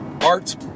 arts